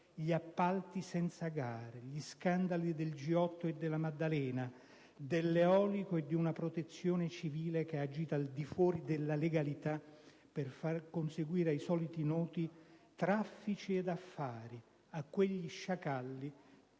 gli appalti senza gare, gli scandali del G8 e della Maddalena, dell'eolico e di una Protezione civile che ha agito al di fuori della legalità per far conseguire traffici ed affari ai soliti